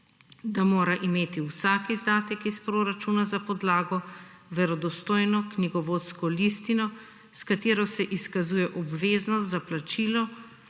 da mora imeti vsak izdatek iz proračuna za podlago verodostojno knjigovodsko listino, s katero se izkazuje obveznost za plačilo,